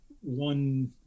one